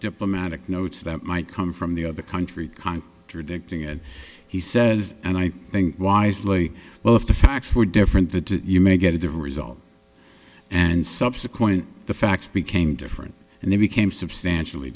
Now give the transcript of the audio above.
diplomatic notes that might come from the other country kind or that thing it he says and i think wisely well if the facts were different that you may get the result and subsequent the facts became different and they became substantially